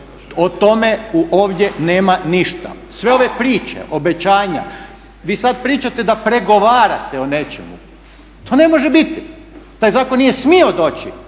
O tome ovdje nema ništa. Sve ove priče, obećanja, vi sad pričate da pregovarate o nečemu, to ne može biti, taj zakon nije smio doći